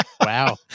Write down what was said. Wow